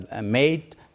made